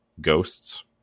ghosts